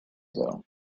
ago